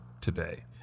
today